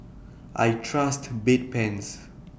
I Trust Bedpans